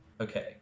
Okay